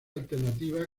alternativa